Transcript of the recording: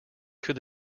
could